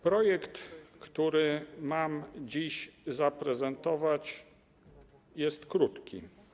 Projekt, który mam dziś zaprezentować, jest krótki.